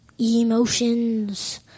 Emotions